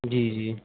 جی جی